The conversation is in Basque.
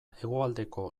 hegoaldeko